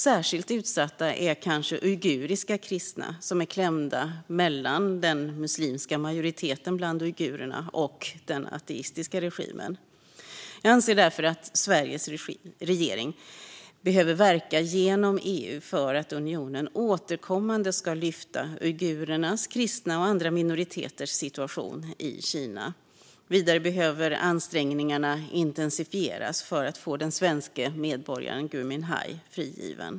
Särskilt utsatta är kanske uiguriska kristna, som är klämda mellan den muslimska majoriteten bland uigurer och den ateistiska regimen. Jag anser att Sveriges regering bör verka inom EU för att unionen återkommande ska lyfta uigurernas, kristnas och andra minoriteters situation i Kina. Vidare behöver ansträngningarna intensifieras för att få den svenske medborgaren Gui Minhai frigiven.